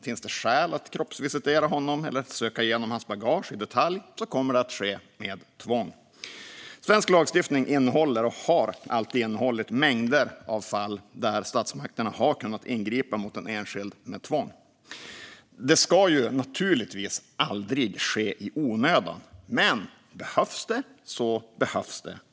Finns det skäl att kroppsvisitera honom eller söka igenom hans bagage i detalj kommer det att ske med tvång. Svensk lagstiftning innehåller, och har alltid innehållit, mängder av fall där statsmakterna har kunnat ingripa mot en enskild med tvång. Det ska naturligtvis aldrig ske i onödan. Men behövs det så behövs det.